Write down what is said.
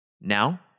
Now